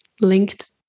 linked